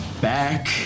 back